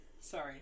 Sorry